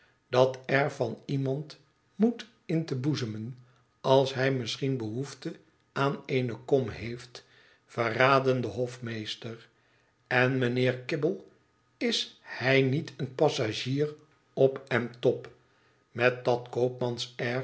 dat air van iemand moed in te boezemen als hij misschien behoefte aan eene kom heeft verraden den hofmeester en mijnheer kibble is hij niet een passagier op en top met dat